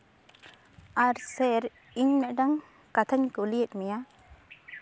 ᱟᱨ sir ᱤᱧ ᱢᱤᱫᱴᱟᱝ ᱠᱟᱛᱷᱟᱧ ᱠᱩᱞᱤᱭᱮᱫ ᱢᱮᱭᱟ